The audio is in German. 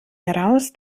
heraus